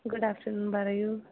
good afternoon പറയൂ